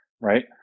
right